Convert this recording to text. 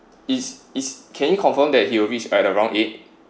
is is can he confirm that he will reach by around eight